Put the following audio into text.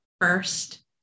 first